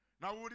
Now